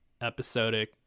episodic